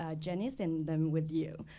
ah jennings and then with you.